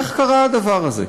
איך קרה הדבר הזה?